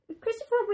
Christopher